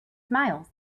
smiles